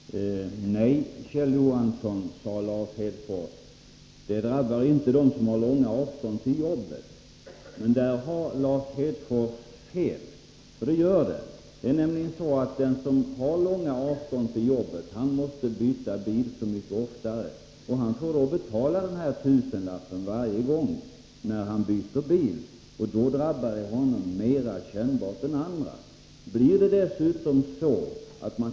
Fru talman! Nej, Kjell Johansson, sade Lars Hedfors, det drabbar inte dem som har långa avstånd till jobbet. Där har emellertid Lars Hedfors fel. Den som har lång väg till sitt arbete måste nämligen byta bil så mycket oftare, och han får då betala den här tusenlappen varje gång han byter bil. På det sättet drabbas han mer kännbart än andra.